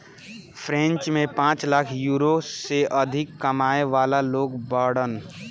French में पांच lakh euro से अधिक कमाए वाला लोग बाड़न